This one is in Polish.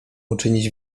uczynić